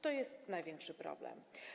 To jest największy problem.